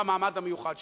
במעמד המיוחד שלהם.